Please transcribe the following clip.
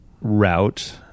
route